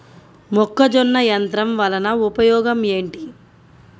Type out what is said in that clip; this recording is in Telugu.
మొక్కజొన్న యంత్రం వలన ఉపయోగము ఏంటి?